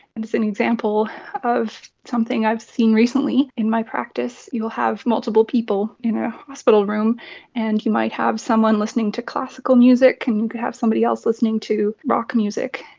and it's an example of something that i've seen recently in my practice. you will have multiple people in a hospital room and you might have someone listening to classical music and you could have somebody else listening to rock music,